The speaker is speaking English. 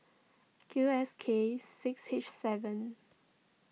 Q S K six H seven